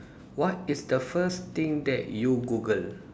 what is the first thing that you Google